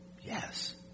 Yes